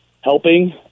helping